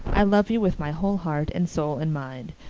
i love you with my whole heart and soul and mind.